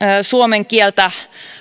suomen kieltä